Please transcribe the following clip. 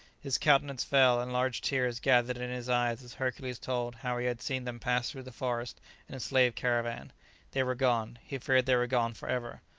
his countenance fell, and large tears gathered in his eyes as hercules told how he had seen them pass through the forest in a slave-caravan. they were gone he feared they were gone for ever.